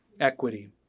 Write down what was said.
equity